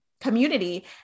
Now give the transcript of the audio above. community